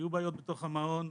היו בעיות בתוך המעון,